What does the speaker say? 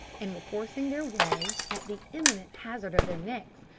and were forcing their way, at the imminent hazard of their necks,